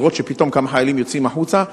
לראות שפתאום כמה חיילים יוצאים החוצה,